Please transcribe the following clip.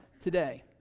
today